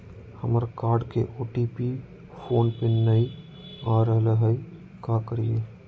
हमर कार्ड के OTP phone पे नई आ रहलई हई, का करयई?